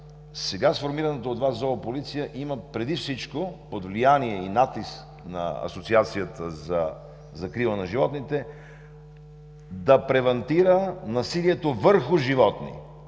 сега сформираната от Вас Зоополиция има преди всичко, под влияние и натиск на Асоциацията за закрила на животните, да превентира насилието върху животни,